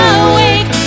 awake